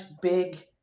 big